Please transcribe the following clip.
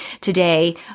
today